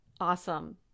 Awesome